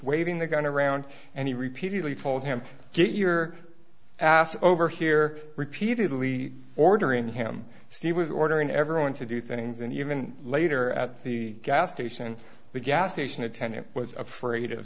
waving the gun around and he repeatedly told him get your ass over here repeatedly ordering him steve was ordering everyone to do things and even later at the gas station the gas station attendant was afraid of